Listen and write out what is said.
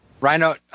Rhino